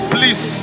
Please